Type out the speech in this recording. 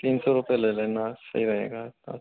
तीन सौ रुपए ले लेना सही रहेगा